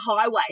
highway